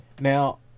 now